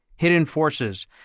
hiddenforces